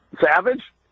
Savage